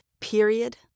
Period